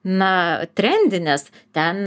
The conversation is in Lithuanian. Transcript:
na trendinės ten